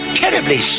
terribly